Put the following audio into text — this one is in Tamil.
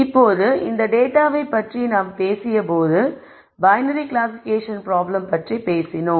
இப்போது இந்த டேட்டாவை பற்றி நாம் பேசியபோது பைனரி கிளாசிபிகேஷன் ப்ராப்ளம் பற்றி பேசினோம்